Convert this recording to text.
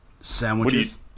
Sandwiches